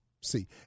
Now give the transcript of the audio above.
see